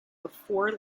before